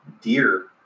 deer